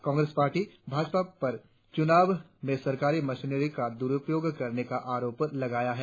Congress party Bhajpa अर चुनाव में सरकारी मशीनरी का द्रुपयोग करने का आरोप लगाया है